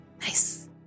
Nice